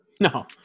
No